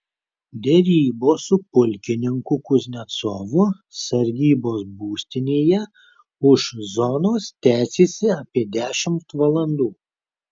derybos su pulkininku kuznecovu sargybos būstinėje už zonos tęsėsi apie dešimt valandų